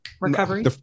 recovery